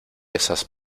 esas